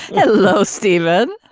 hello stephen.